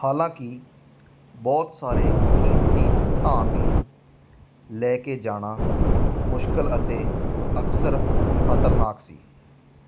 ਹਾਲਾਂਕਿ ਬਹੁਤ ਸਾਰੇ ਕੀਮਤੀ ਧਾਤ ਨੂੰ ਲੈ ਕੇ ਜਾਣਾ ਮੁਸ਼ਕਲ ਅਤੇ ਅਕਸਰ ਖ਼ਤਰਨਾਕ ਸੀ